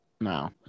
No